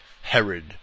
Herod